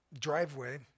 driveway